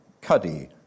Cuddy